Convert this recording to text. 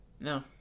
no